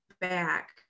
back